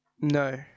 No